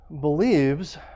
believes